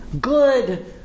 good